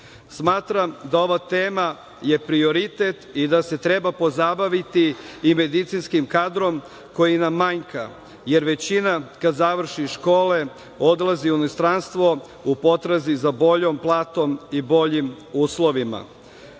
Smatram da je ova tema prioritet i da se treba pozabaviti i medicinskim kadrom, koji nam manjka, jer većina kad završi škole odlazi u inostranstvo u potrazi za boljom platom i boljim uslovima.